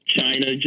China